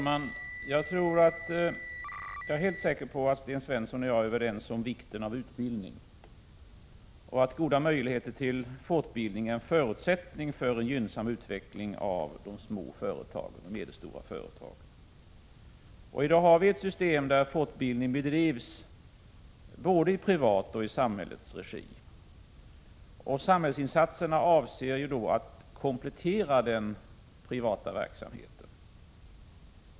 Herr talman! Jag är helt säker på att Sten Svensson och jag är överens om vikten av utbildning. Goda möjligheter till fortbildning är en förutsättning för en gynnsam utveckling av de små och medelstora företagen. I dag har vi ett system där fortbildning bedrivs både i privat och i samhällets regi. Samhällsinsatserna avser att komplettera den privata verksamheten.